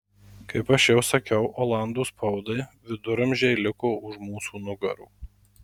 kaip aš jau sakiau olandų spaudai viduramžiai liko už mūsų nugarų